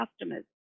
customers